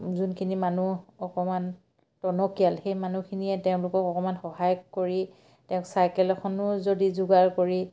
যোনখিনি মানুহ অকমান টনকিয়াল সেই মানুহখিনিয়ে তেওঁলোকক অকমান সহায় কৰি তেওঁক চাইকেল এখনো যদি যোগাৰ কৰি